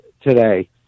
today